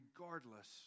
regardless